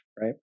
right